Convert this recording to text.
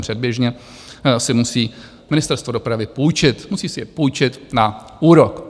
Předběžně si musí Ministerstvo dopravy půjčit, musí si je půjčit na úrok.